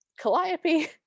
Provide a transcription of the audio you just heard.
Calliope